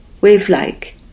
wave-like